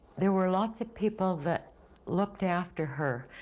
there were lots of people that looked after her,